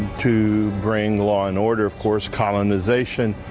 to bring law and order of course colonization.